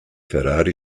ferrari